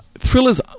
Thrillers